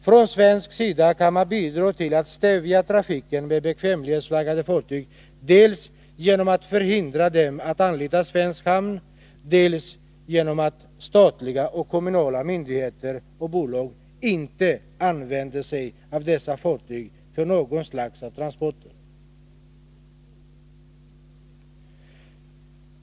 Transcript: Från svensk sida kan man bidra till att stävja trafiken med bekvämlighetsflagg dels genom att förhindra sådana fartyg att anlita svensk hamn, dels genom att statliga och kommunala myndigheter och bolag inte använder sig av dessa fartyg för något slag av transporter.